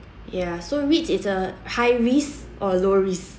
ya so REITs is a high risk or low risk